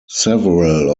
several